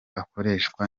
akoreshwa